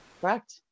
Correct